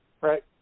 Right